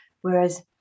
whereas